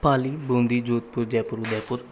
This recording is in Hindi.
पाली बूँदी जोधपुर जयपुर उदयपुर